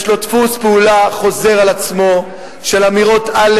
יש לו דפוס פעולה חוזר, של אמירות, א.